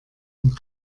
und